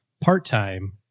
part-time